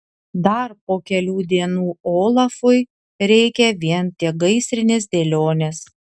dar po kelių dienų olafui reikia vien tik gaisrinės dėlionės